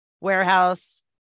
warehouse